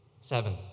seven